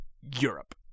europe